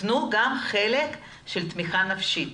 תנו גם חלק של תמיכה נפשית.